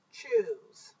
choose